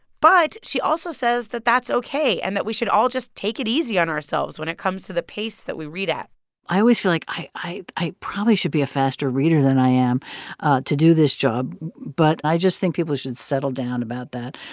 but she also says that that's ok and that we should all just take it easy on ourselves when it comes to the pace that we read at i always feel like i i probably should be a faster reader than i am to do this job. but i just think people should settle down about that.